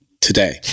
today